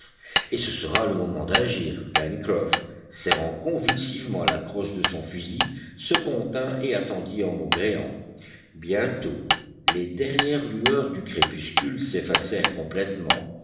et ce sera le moment d'agir pencroff serrant convulsivement la crosse de son fusil se contint et attendit en maugréant bientôt les dernières lueurs du crépuscule s'effacèrent complètement